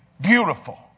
beautiful